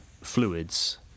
fluids